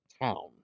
town